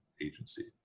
agency